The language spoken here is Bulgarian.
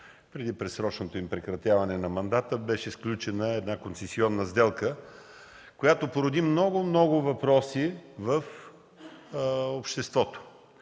преди предсрочното прекратяване на мандата беше сключена концесионна сделка, която породи много, много въпроси в обществото.